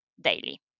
daily